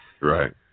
Right